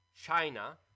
China